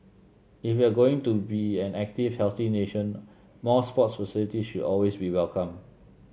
if we're going to be an active healthy nation more sports facilities should always be welcome